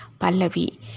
Pallavi